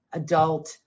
adult